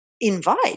invite